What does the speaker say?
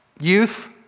Youth